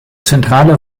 zentrale